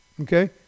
Okay